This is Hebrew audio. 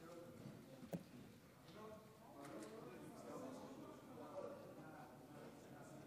להעביר לוועדת הכנסת, מי שולט בוועדת הכנסת?